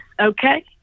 okay